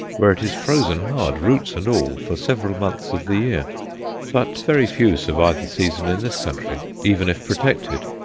where it is frozen hard, roots and all, for several months of the year but very few survive the season in this country, even if protected.